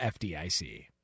FDIC